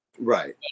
right